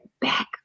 back